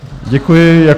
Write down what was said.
Děkuji.